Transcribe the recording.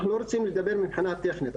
אנחנו לא רוצים לדבר מבחינה טכנית.